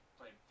played